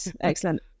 Excellent